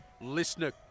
listener